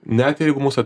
net jeigu mūsų